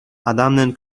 адамдын